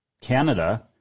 Canada